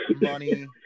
money